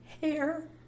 hair